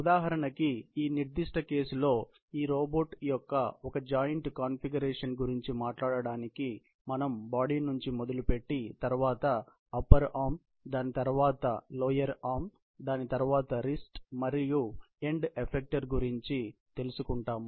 ఉదాహరణకి ఈ నిర్దిష్ట కేసులో ఈ రోబోట్ యొక్క ఒక జాయింట్ కాన్ఫిగరేషన్ గురించి మాట్లాడడానికి మనం బాడీ నుంచి మొదలుపెట్టి తర్వాత అప్పర్ ఆర్మ్ దాని తర్వాత లోవర్ ఆర్మ్ దాని తర్వాత రిస్ట్ మరియు ఎండ్ ఎఫెక్టర్ గురించి తెలుసుకున్నాం